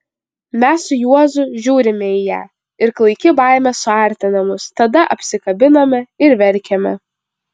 mes su juozu žiūrime į ją ir klaiki baimė suartina mus tada apsikabiname ir verkiame